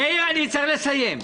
מאיר, בוא, אני צריך לסיים.